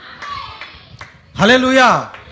Hallelujah